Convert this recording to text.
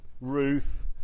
Ruth